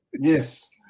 Yes